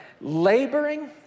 laboring